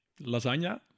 lasagna